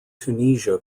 tunisia